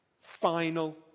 final